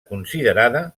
considerada